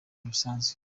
bisanzwe